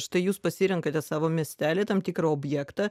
štai jūs pasirenkate savo miestelį tam tikrą objektą